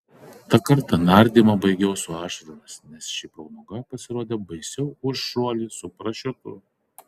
tą kartą nardymą baigiau su ašaromis nes ši pramoga pasirodė baisiau už šuolį su parašiutu